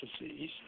disease